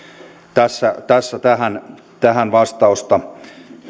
tässä tässä tähän tähän vastausta